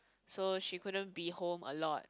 so she couldn't be home a lot